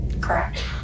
Correct